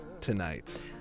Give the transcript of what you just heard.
tonight